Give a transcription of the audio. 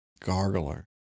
gargler